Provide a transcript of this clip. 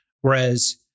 Whereas